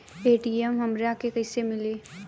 ATM हमरा के कइसे मिली?